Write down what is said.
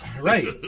right